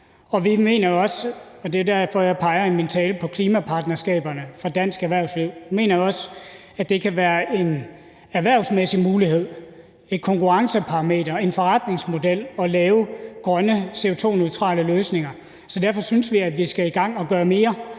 erhvervsliv, at det kan være en erhvervsmæssig mulighed, et konkurrenceparameter, en forretningsmodel at lave grønne, CO2-neutrale løsninger. Så derfor synes vi, vi skal i gang og gøre mere,